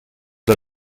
del